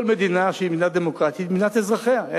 כל מדינה שהיא מדינה דמוקרטית היא מדינת אזרחיה.